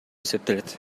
эсептелет